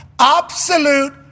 absolute